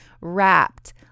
wrapped